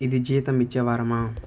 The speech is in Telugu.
ఇది జీతం ఇచ్చే వారమా